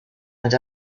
and